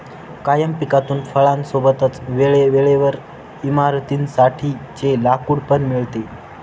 कायम पिकातून फळां सोबतच वेळे वेळेवर इमारतीं साठी चे लाकूड पण मिळते